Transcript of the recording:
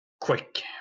quick